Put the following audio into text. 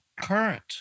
current